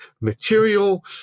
material